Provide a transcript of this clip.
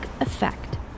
effect